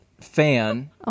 fan